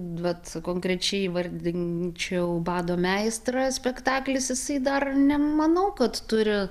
vat konkrečiai įvardinčiau bado meistrą spektaklis jisai dar nemanau kad turi